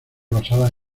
basadas